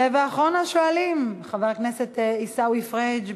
ואחרון השואלים, חבר הכנסת עיסאווי פריג',